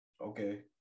Okay